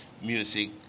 music